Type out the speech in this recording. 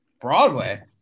Broadway